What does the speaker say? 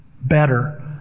better